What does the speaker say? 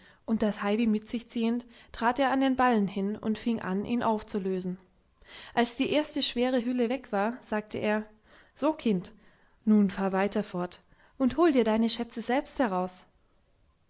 und das heidi mit sich ziehend trat er an den ballen hin und fing an ihn aufzulösen als die erste schwere hülle weg war sagte er so kind nun fahr weiter fort und hol dir deine schätze selbst heraus